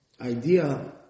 idea